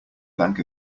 bank